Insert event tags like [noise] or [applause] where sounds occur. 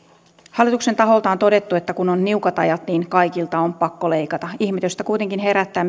hallituksen taholta on todettu että kun on niukat ajat niin kaikilta on pakko leikata ihmetystä kuitenkin herättää [unintelligible]